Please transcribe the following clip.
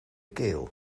keel